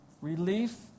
Relief